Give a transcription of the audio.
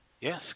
Yes